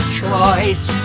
choice